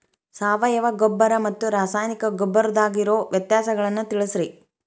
ಸಾವಯವ ಗೊಬ್ಬರ ಮತ್ತ ರಾಸಾಯನಿಕ ಗೊಬ್ಬರದಾಗ ಇರೋ ವ್ಯತ್ಯಾಸಗಳನ್ನ ತಿಳಸ್ರಿ